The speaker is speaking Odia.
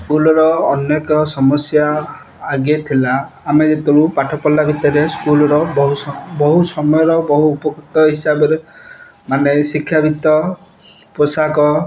ସ୍କୁଲ୍ର ଅନେକ ସମସ୍ୟା ଆଗେ ଥିଲା ଆମେ ଯେତେବେଳୁ ପାଠ ପଢ଼ିଲା ଭିତରେ ସ୍କୁଲର ବହୁ ବହୁ ସମୟର ବହୁ ଉପକୃତ ହିସାବରେ ମାନେ ଶିକ୍ଷା ଭିତ୍ତ ପୋଷାକ